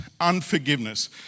Unforgiveness